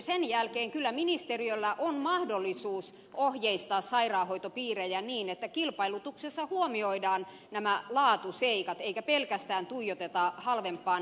sen jälkeen kyllä ministeriöllä on mahdollisuus ohjeistaa sairaanhoitopiirejä niin että kilpailutuksessa huomioidaan nämä laatuseikat eikä pelkästään tuijoteta halvempaan hintaan